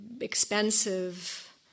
expensive